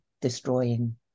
destroying